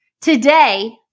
Today